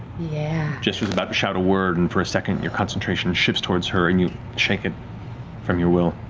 yeah. matt jester was about to shout a word, and for a second your concentration shifts towards her, and you shake it from your will.